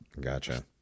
Gotcha